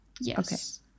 Yes